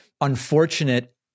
unfortunate